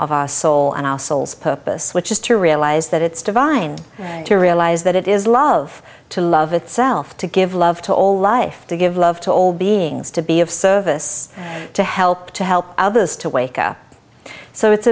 of our soul and our souls purpose which is to realize that it's divine to realize that it is love to love itself to give love to all life to give love to all beings to be of service to help to help others to wake up so it's